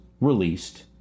released